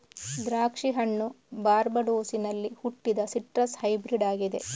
ದ್ರಾಕ್ಷಿ ಹಣ್ಣು ಬಾರ್ಬಡೋಸಿನಲ್ಲಿ ಹುಟ್ಟಿದ ಸಿಟ್ರಸ್ ಹೈಬ್ರಿಡ್ ಆಗಿದೆ